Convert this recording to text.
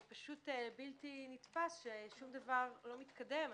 זה בלתי-נתפש, ששום דבר לא מתקדם.